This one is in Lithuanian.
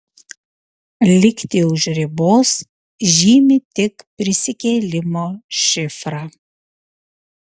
likti už ribos žymi tik prisikėlimo šifrą